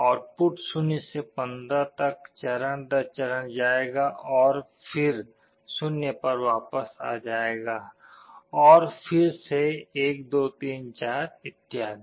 output 0 से 15 तक चरण दर चरण जाएगा और फिर से 0 पर वापस आ जायेगा और फिर से 1 2 3 4 इत्यादि